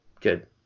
Good